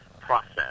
process